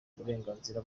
uburenganzira